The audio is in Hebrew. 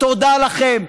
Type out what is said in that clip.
תודה לכם,